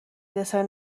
دسر